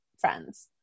friends